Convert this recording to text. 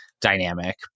dynamic